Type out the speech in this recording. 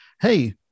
hey